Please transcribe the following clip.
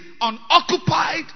unoccupied